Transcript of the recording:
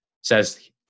says